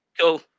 cool